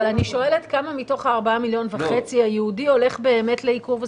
אבל אני שואלת כמה מתוך ה-4.5 מיליון הייעודי הולך באמת לעיקור וסירוס?